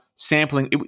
sampling